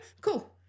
cool